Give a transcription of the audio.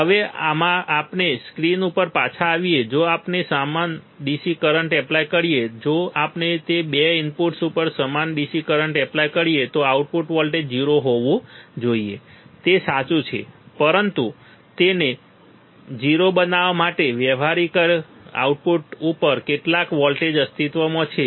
હવે આપણે સ્ક્રીન ઉપર પાછા આવીએ જો આપણે સમાન DC કરંટ એપ્લાય કરીએ જો આપણે તે 2 ઇનપુટ્સ ઉપર સમાન DC કરંટ એપ્લાય કરીએ તો આઉટપુટ વોલ્ટેજ 0 હોવું જોઈએ બરાબર તે સાચું છે પપરંતુ તેને 0 બનાવવા માટે વ્યવહારીક આઉટપુટ ઉપર કેટલાક વોલ્ટેજ અસ્તિત્વમાં છે